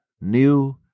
new